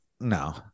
no